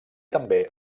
també